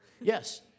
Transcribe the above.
Yes